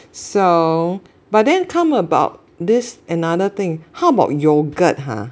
so but then come about this another thing how about yogurt ha